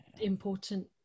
important